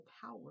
power